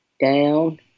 down